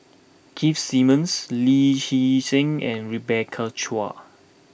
Keith Simmons Lee Hee Seng and Rebecca Chua